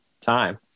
time